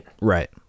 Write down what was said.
Right